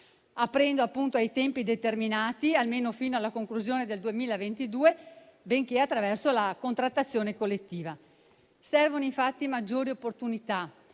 aprendo ai contratti a tempo determinato, almeno fino alla conclusione del 2022, benché attraverso la contrattazione collettiva. Servono, infatti, maggiori opportunità,